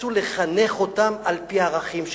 רצו לחנך אותם על-פי הערכים שלהם.